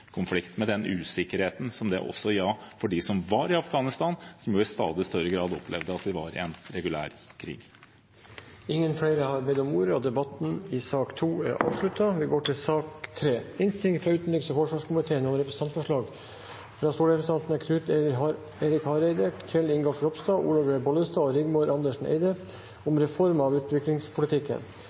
konflikt, med den usikkerheten som det også var for dem som var i Afghanistan, som jo i stadig større grad opplevde at de var i en regulær krig. Flere har ikke bedt om ordet til sak nr. 2. Etter ønske fra utenriks- og forsvarskomiteen vil presidenten foreslå at taletiden blir begrenset til 5 minutter til hver partigruppe og